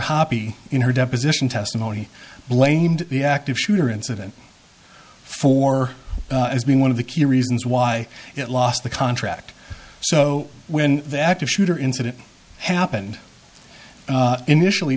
happy in her deposition testimony blamed the active shooter incident for being one of the key reasons why it lost the contract so when the active shooter incident happened initially